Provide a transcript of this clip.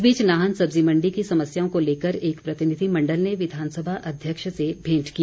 इस बीच नाहन सब्जी मण्डी की समस्याओं को लेकर एक प्रतिनिधि मण्डल ने विधानसभा अध्यक्ष से भेंट की